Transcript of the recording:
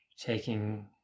taking